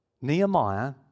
Nehemiah